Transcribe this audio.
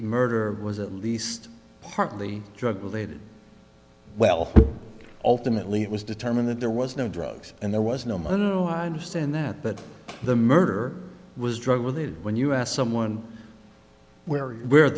murder was at least partly drug related well ultimately it was determined that there was no drugs and there was no money no i understand that but the murder was drug related when you asked someone where were